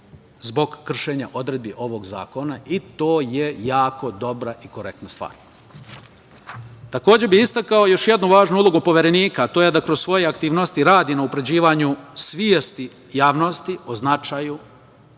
zbog kršenja odredbi ovog zakona i to je jako dobra i korektna stvar. Takođe bih istakao još jednu važnu ulogu Poverenika, a to je da kroz svoje aktivnosti radi na unapređivanju svesti javnosti o značaju